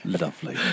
Lovely